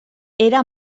era